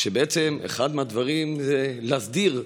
אחד מהדברים הוא להסדיר,